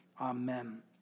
Amen